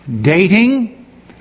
dating